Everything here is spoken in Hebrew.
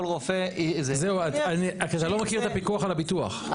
רופא --- אתה לא מכיר את הפיקוח על הביטוח,